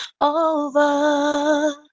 over